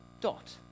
dot